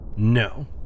No